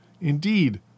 Indeed